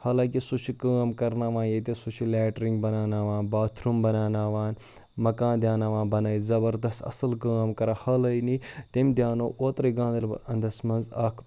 حالانکہِ سُہ چھِ کٲم کَرناوان ییٚتہِ سُہ چھِ لیٹریٖن بَناوناوان باتھروٗم بَناوناوان مکان دیٛاناوان بَنٲوِتھ زَبردَس اَصٕل کٲم کَران حالٲنی تٔمۍ دیٛانوو اوترَے گاندَربَل اَنٛدَس منٛز اَکھ